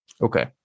Okay